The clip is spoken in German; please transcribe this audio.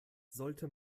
sollte